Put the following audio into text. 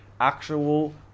actual